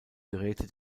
geräte